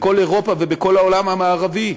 בכל אירופה ובכל העולם המערבי,